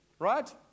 Right